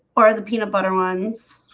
or the peanut butter ones.